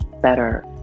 better